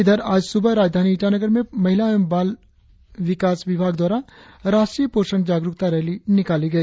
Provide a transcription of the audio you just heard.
इधर आज सुबह राजधानी ईटानगर में महिला एवं बाल विकास विभाग द्वारा राष्ट्रीय पोषण जागरुकता रैली निकाली गई